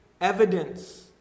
Evidence